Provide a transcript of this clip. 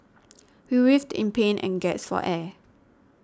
he writhed in pain and gasped for air